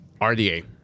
RDA